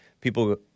people